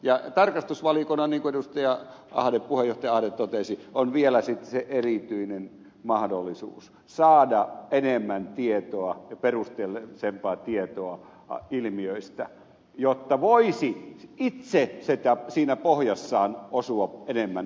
tarkastusvaliokunnalla niin kuin puheenjohtaja ahde totesi on vielä sitten erityinen mahdollisuus saada enemmän tietoa ja perusteellisempaa tietoa ilmiöistä jotta voisi itse siinä pohjassaan osua enemmän oikeaan